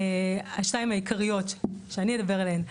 השתיים העיקריות שאני אדבר עליהן: